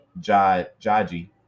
Jaji